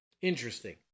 interesting